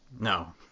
No